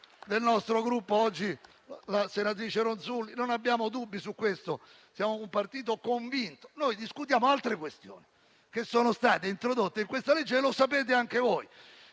del nostro Gruppo la senatrice Ronzulli. Non abbiamo dubbi su questo: siamo un partito convinto. Noi discutiamo altre questioni che sono state introdotte nel disegno di legge in esame, lo sapete anche voi.